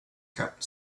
kept